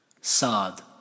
Sa'd